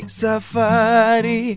safari